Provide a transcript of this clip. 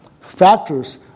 factors